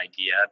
idea